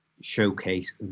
showcase